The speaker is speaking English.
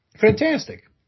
fantastic